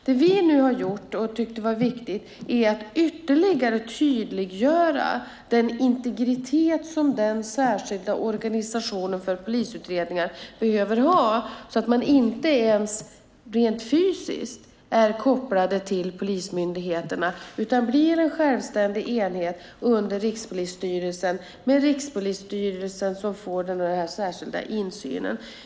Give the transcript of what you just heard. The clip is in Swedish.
Det vi nu har gjort - och det tyckte vi var viktigt - är att vi ytterligare har tydliggjort den integritet som den särskilda organisationen för polisutredningar behöver ha, så att man inte ens rent fysiskt är kopplad till polismyndigheterna utan blir en självständig enhet under Rikspolisstyrelsen, med Rikspolisstyrelsen som får den här särskilda insynen.